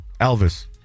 Elvis